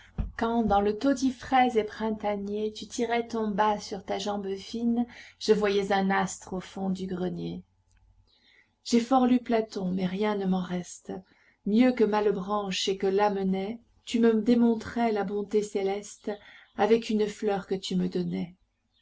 quand dans le taudis frais et printanier tu tirais ton bas sur ta jambe fine je voyais un astre au fond du grenier j'ai fort lu platon mais rien ne m'en reste mieux que malebranche et que lamennais tu me démontrais la bonté céleste avec une fleur que tu me donnais